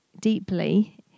deeply